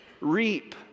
reap